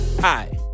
Hi